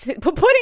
putting